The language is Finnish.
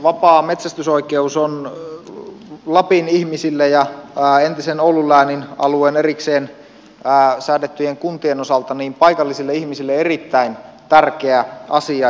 vapaa metsästysoikeus on lapin ihmisille ja entisen oulun läänin alueen erikseen säädettyjen kuntien osalta paikallisille ihmisille erittäin tärkeä asia